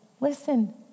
listen